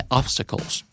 obstacles